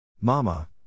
Mama